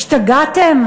השתגעתם?